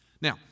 Now